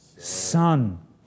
Son